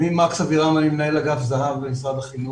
אני מנהל אגף זה"ב במשרד החינוך.